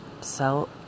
sell